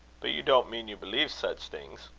but you don't mean you believe such things?